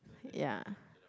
ya